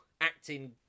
acting